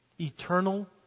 Eternal